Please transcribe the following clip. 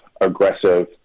aggressive